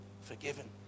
forgiven